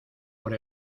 por